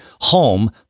home